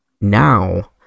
Now